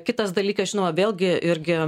kitas dalykas žinoma vėlgi irgi